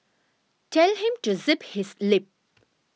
tell him to zip his lip